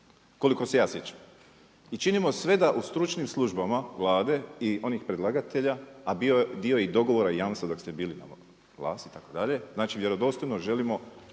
Koliko se ja sjećam. I činimo sve da u stručnim službama Vlade i onih predlagatelja, a bio je i dio dogovora i jamstva dok ste bili na vlasti itd. Vjerodostojno želimo